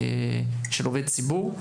של עובד ציבור.